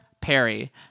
Perry